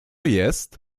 jest